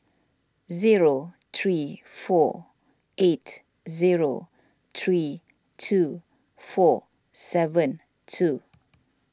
zero three four eight zero three two four seven two